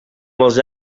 molts